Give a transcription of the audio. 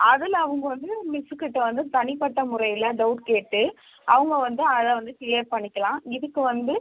அதில் அவங்க வந்து மிஸ்ஸுக்கிட்ட வந்து தனிப்பட்ட முறையில் டவுட் கேட்டு அவங்க வந்து அதை வந்து க்ளீயர் பண்ணிக்கலாம் இதுக்கு வந்து